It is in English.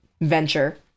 venture